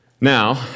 now